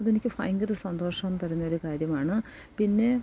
അതെനിക്ക് ഭയങ്കര സന്തോഷം തരുന്നൊരു കാര്യമാണ് പിന്നെ